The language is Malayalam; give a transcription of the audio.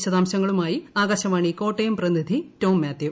വിശദാംശങ്ങളുമായി ആകാശവാണി കോട്ടയം പ്രതിനിധി ടോം മാത്യു